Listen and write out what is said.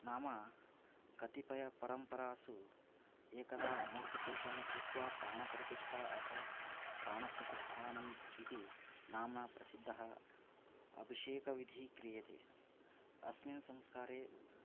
नाम कतिपय परम्परासु एकदा मूर्तिशिल्पं कृत्वा प्राण प्रतिष्ठा अथवा प्राण प्रतिष्ठानम् इति नाम्ना प्रसिद्धः अभिषेकविधिः क्रियते अस्मिन् संस्कारे